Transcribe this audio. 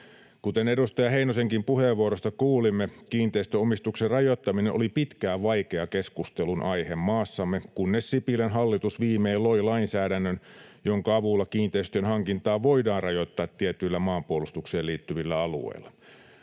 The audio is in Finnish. Kuten edustaja Heinosenkin puheenvuorosta kuulimme, kiinteistöomistuksen rajoittaminen oli pitkään vaikea keskustelunaihe maassamme, kunnes Sipilän hallitus viimein loi lainsäädännön, jonka avulla kiinteistön hankintaa voidaan rajoittaa tietyillä maanpuolustukseen liittyvillä alueilla.